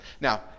Now